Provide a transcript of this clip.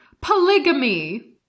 polygamy